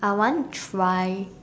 I want to try